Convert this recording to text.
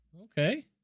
Okay